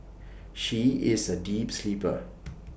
she is A deep sleeper